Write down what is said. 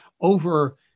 over